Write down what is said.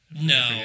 No